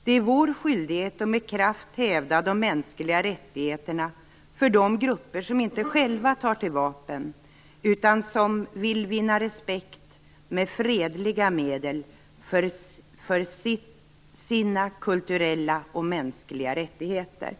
Det är vår skyldighet att med kraft hävda de mänskliga rättigheterna för de grupper som inte själva tar till vapen utan som vill vinna respekt med fredliga medel för sina kulturella och mänskliga rättigheter.